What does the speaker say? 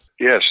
Yes